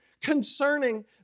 concerning